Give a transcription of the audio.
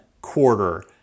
quarter